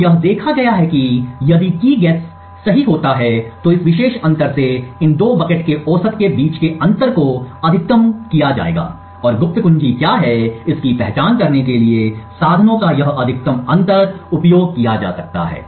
तो यह देखा गया है कि यदि Key guess सही होता है तो इस विशेष अंतर से इन दो बाल्टियों के औसत के बीच के अंतर को अधिकतम किया जाएगा और गुप्त कुंजी क्या है इसकी पहचान करने के लिए साधनों का यह अधिकतम अंतर उपयोग किया जा सकता है